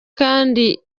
kandi